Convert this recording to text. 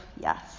yes